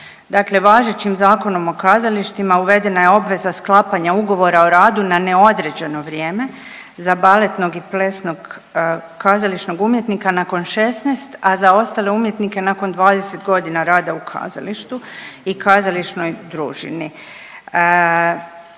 Dakle, važećim Zakonom o kazalištima uvedena je obveza sklapanja ugovora o radu na neodređeno vrijeme za baletnog i plesnog kazališnog umjetnika nakon 16, a za ostale umjetnike nakon 20 godina rada u kazalištu i kazališnoj družini.